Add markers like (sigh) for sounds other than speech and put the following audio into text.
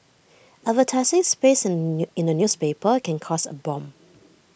advertising space (hesitation) in A newspaper can cost A bomb